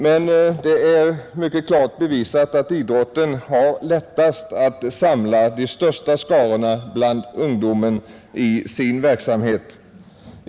Men det är mycket klart bevisat att idrotten har lättast att samla de största skarorna bland ungdomen i sin verksamhet.